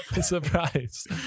Surprise